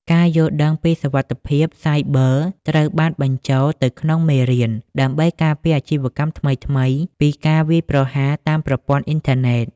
ការយល់ដឹងពី "សុវត្ថិភាពសាយប័រ" ត្រូវបានបញ្ចូលទៅក្នុងមេរៀន ដើម្បីការពារអាជីវកម្មថ្មីៗពីការវាយប្រហារតាមប្រព័ន្ធអ៊ីនធឺណិត។